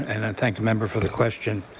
and i thank the member for the question.